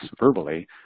verbally